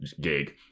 gig